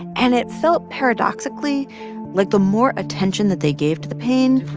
and it felt paradoxically like the more attention that they gave to the pain,